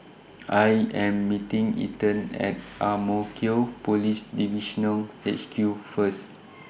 I Am meeting Ethan At Ang Mo Kio Police Divisional HQ First